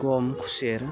गम खुसेर